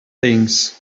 things